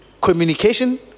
Communication